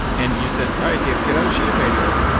and you said, all right, dave, get out a sheet of paper,